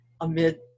amid